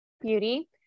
beauty